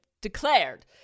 declared